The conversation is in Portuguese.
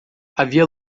havia